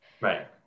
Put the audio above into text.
Right